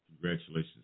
Congratulations